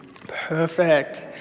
Perfect